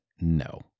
No